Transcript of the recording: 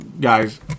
Guys